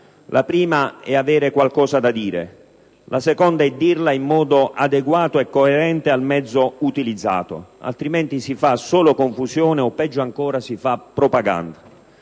la prima è avere qualcosa da dire; la seconda è dirla in modo adeguato e coerente al mezzo utilizzato, altrimenti si fa solo confusione o, peggio ancora, si fa propaganda.